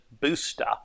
booster